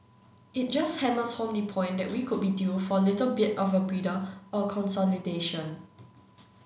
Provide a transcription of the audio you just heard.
it just hammers home the point that we could be due for a little bit of a breather or consolidation